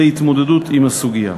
להתמודדות עם הסוגיה.